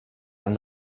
and